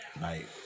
night